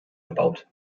gebaut